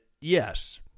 yes